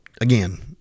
again